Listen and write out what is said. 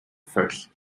first